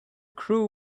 crew